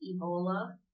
Ebola